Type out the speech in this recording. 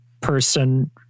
person